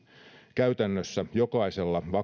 käytännössä jokaisella vakavasti